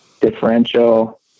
differential